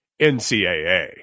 NCAA